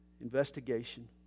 investigation